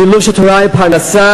שילוב של תורה עם פרנסה,